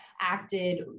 acted